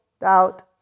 doubt